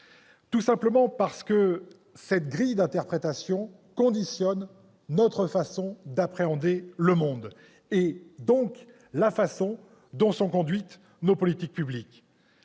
sur le PIB, parce que cette grille d'interprétation conditionne notre façon d'appréhender le monde, et donc la manière dont sont conduites les politiques publiques.